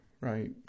right